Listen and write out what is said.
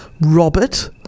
Robert